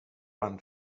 ran